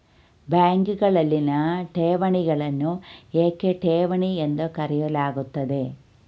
ಬ್ಯಾಂಕುಗಳಲ್ಲಿನ ಠೇವಣಿಗಳನ್ನು ಏಕೆ ಠೇವಣಿ ಎಂದು ಕರೆಯಲಾಗುತ್ತದೆ?